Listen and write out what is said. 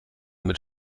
mit